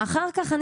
אחר כך,